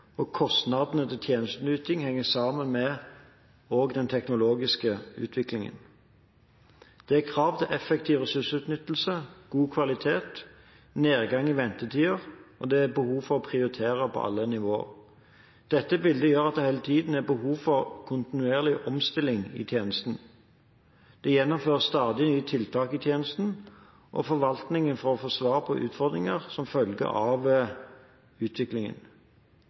og kostnadene til tjenesteyting henger sammen med også den teknologiske utviklingen. Det er krav til effektiv ressursutnyttelse, god kvalitet og nedgang i ventetider, og det er behov for å prioritere på alle nivåer. Dette bildet gjør at det hele tiden er behov for kontinuerlig omstilling i tjenesten. Det gjennomføres stadig nye tiltak i tjenesten og i forvaltningen for å få svar på utfordringer som følger av utviklingen.